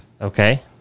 Okay